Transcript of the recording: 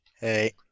hey